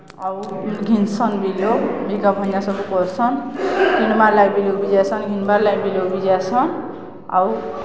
ଆଉ ଘିନ୍ସନ୍ ବି ଲୋକ୍ ବିକା ଭଞ୍ଜା ସବୁ କର୍ସନ୍ କିଣବା ଲାଗି ଲୋକ୍ ବି ଯାଏସନ୍ ଘିନ୍ବାର୍ ଲାଗି ବି ଲୋକ୍ ବି ଯାଏସନ୍ ଆଉ